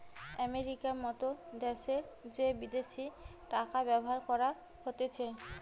আমেরিকার মত দ্যাশে যে বিদেশি টাকা ব্যবহার করা হতিছে